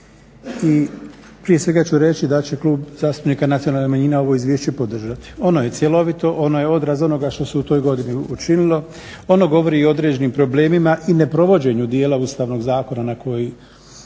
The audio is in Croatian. i prije svega ću reći da će Klub zastupnika nacionalnih manjina ovo izvješće podržati. Ono je cjelovito, ono je odraz onoga što se u toj godini učinilo, ono govori o određenim problemima i neprovođenju djela Ustavnog zakona koji